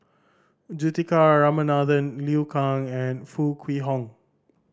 Juthika Ramanathan Liu Kang and Foo Kwee Horng